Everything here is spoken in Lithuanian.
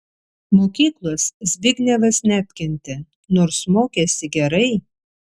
mokyklos zbignevas neapkentė nors mokėsi gerai